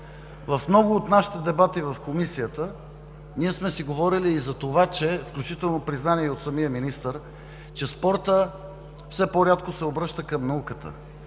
в много от нашите дебати в Комисията ние сме си говорили и за това – включително и признание от самия министър, че спортът все по-рядко се обръща към науката.